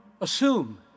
assume